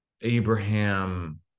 abraham